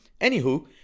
Anywho